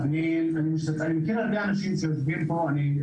אני חייב